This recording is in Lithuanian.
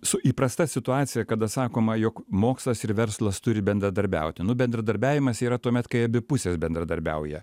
su įprasta situacija kada sakoma jog mokslas ir verslas turi bendradarbiauti nu bendradarbiavimas yra tuomet kai abi pusės bendradarbiauja